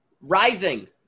Rising